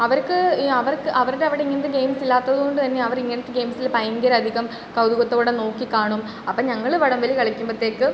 അവർക്ക് അവർക്ക് അവരുടെ അവിടെ ഇങ്ങനത്തെ ഗെയിംസ് ഇല്ലാത്തത് കൊണ്ട് തന്നെ അവരിങ്ങനത്തെ ഗെയിംസിൽ ഭയങ്കരധികം കൗതുകത്തോടെ നോക്കിക്കാണും അപ്പം ഞങ്ങൾ വടം വലി കളിക്കുമ്പോഴ്ത്തേക്ക്